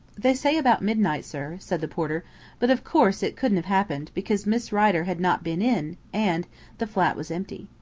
they say about midnight, sir, said the porter but, of course, it couldn't have happened, because miss rider had not been in, and the flat was empty.